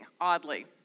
oddly